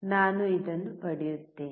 ನಾನು ಇದನ್ನು ಪಡೆಯುತ್ತೇನೆ